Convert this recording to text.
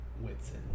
Whitson